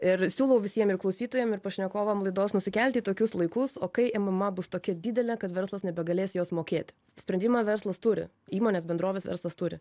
ir siūlau visiem ir klausytojam ir pašnekovam laidos nusikelti į tokius laikus o kai mma bus tokia didelė kad verslas nebegalės jos mokėti sprendimą verslas turi įmonės bendrovės verslas turi